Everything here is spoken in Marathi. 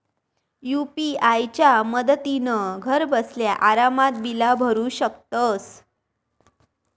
यू.पी.आय च्या मदतीन घरबसल्या आरामात बिला भरू शकतंस